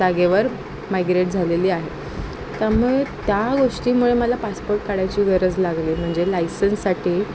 जागेवर मैग्रेट झालेली आहे त्यामुळे त्या गोष्टीमुळे मला पासपोर्ट काढायची गरज लागली म्हणजे लायसन्ससाठी